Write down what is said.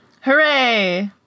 Hooray